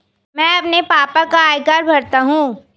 मैं अपने पापा का आयकर भरता हूं